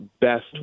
best